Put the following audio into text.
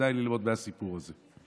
כדאי ללמוד מהסיפור הזה,